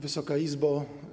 Wysoka Izbo!